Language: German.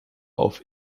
auf